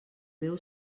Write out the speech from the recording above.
meu